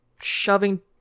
shoving